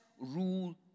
rule